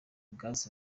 gaz